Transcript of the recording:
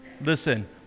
Listen